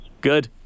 Good